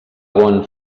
bon